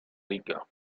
liga